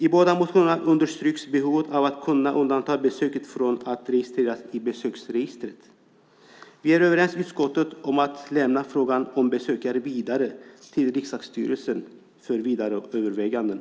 I båda motionerna understryks behovet av att kunna undanta besöket från att registreras i besöksregistret. Vi är överens i utskottet om att lämna frågan om besökare vidare till riksdagsstyrelsen för vidare överväganden.